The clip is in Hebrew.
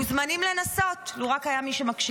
מוזמנים לנסות, לו רק היה מי שמקשיב.